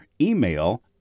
email